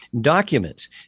documents